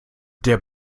der